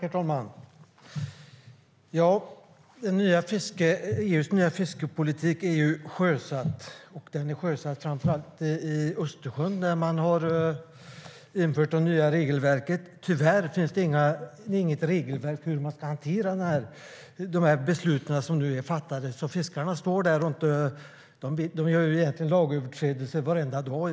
Herr talman! EU:s nya fiskepolitik är sjösatt, framför allt i Östersjön där man har infört det nya regelverket. Tyvärr finns det inget regelverk för hur man ska hantera de beslut som nu är fattade, så fiskarna står där och begår lagöverträdelser egentligen varenda dag.